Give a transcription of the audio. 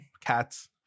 Cats